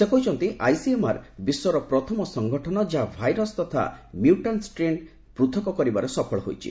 ସେ କହିଛନ୍ତି ଆଇସିଏମ୍ଆର୍ ବିଶ୍ୱର ପ୍ରଥମ ସଂଗଠନ ଯାହା ଭାଇରସ୍ ତଥା ମ୍ୟୁଟାଣ୍ଟ ଷ୍ଟ୍ରେନ୍ ପୃଥକ କରିବାରେ ସଫଳ ହୋଇଛି